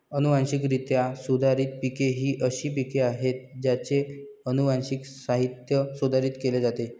अनुवांशिकरित्या सुधारित पिके ही अशी पिके आहेत ज्यांचे अनुवांशिक साहित्य सुधारित केले जाते